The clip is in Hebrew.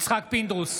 בהצבעה יצחק פינדרוס,